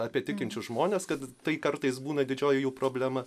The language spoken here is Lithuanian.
apie tikinčius žmones kad tai kartais būna didžioji jų problema